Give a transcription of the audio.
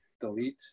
delete